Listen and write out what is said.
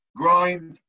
grind